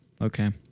Okay